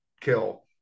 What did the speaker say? kill